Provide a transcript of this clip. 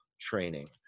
training